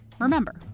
Remember